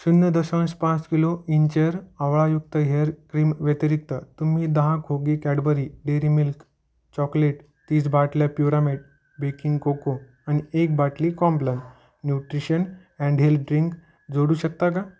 शून्य दशांश पाच किलो इंचर आवळायुक्त हेअर क्रीमव्यतिरिक्त तुम्ही दहा खोकी कॅडबरी डेअरी मिल्क चॉकलेट तीस बाटल्या प्युरामेट बेकिंग कोको आणि एक बाटली Complan nutrition and health drink जोडू शकता का